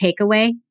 takeaway